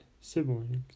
siblings